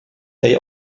they